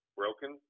broken